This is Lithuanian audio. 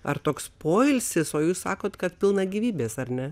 ar toks poilsis o jūs sakote kad pilna gyvybės ar ne